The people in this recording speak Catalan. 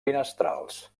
finestrals